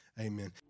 Amen